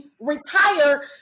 retire